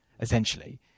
essentially